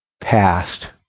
Past